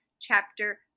chapter